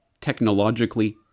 technologically